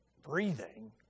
breathing